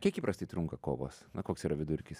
kiek įprastai trunka kovos koks yra vidurkis